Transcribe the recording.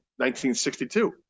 1962